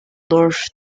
north